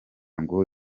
ngo